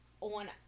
on